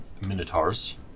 Minotaurs